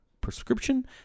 prescription